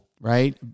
right